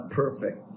perfect